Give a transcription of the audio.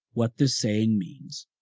what this saying means,